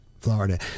Florida